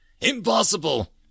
Impossible